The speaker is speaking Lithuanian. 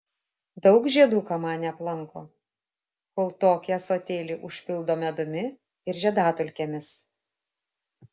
daug žiedų kamanė aplanko kol tokį ąsotėlį užpildo medumi ir žiedadulkėmis